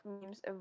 memes